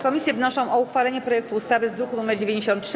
Komisje wnoszą o uchwalenie projektu ustawy z druku nr 93.